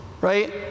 right